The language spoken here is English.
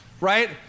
right